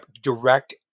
direct